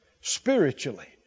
Spiritually